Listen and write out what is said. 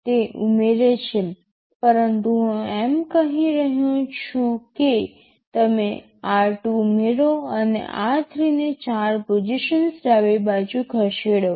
તે ઉમેરે છે પરંતુ હું એમ પણ કહી શકું છું કે તમે r2 ઉમેરો અને r3 ને 4 પોઝિશન્સ ડાબી બાજુ ખસેડો